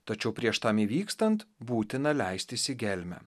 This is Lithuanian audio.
tačiau prieš tam įvykstant būtina leistis į gelmę